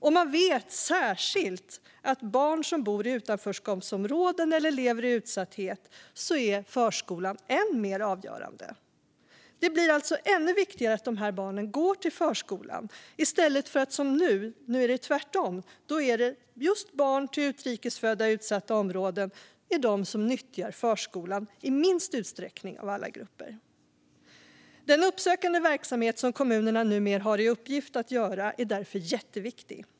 Och man vet särskilt att för barn som bor i utanförskapsområden eller som lever i utsatthet är förskolan än mer avgörande. Det blir alltså ännu viktigare att dessa barn går till förskolan. Nu är det i stället tvärtom, det vill säga att just barn till utrikes födda i utsatta områden är de som nyttjar förskolan i minst utsträckning av alla grupper. Den uppsökande verksamhet som kommunerna numera har i uppgift att bedriva är därför jätteviktig.